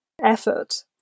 effort